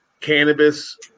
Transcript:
cannabis